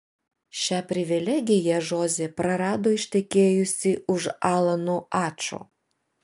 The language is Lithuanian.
šią privilegiją žozė prarado ištekėjusi už alano ačo